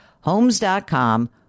Homes.com